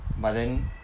but then